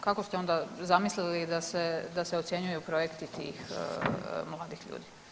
Kako ste onda zamislili da se ocjenjuju projekti tih mladih ljudi?